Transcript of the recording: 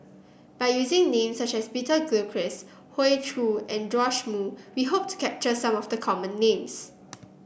by using names such as Peter Gilchrist Hoey Choo and Joash Moo we hope to capture some of the common names